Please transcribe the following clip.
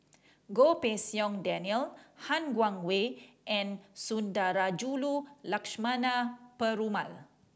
Goh Pei Siong Daniel Han Guangwei and Sundarajulu Lakshmana Perumal